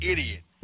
Idiot